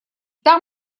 там